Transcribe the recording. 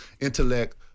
intellect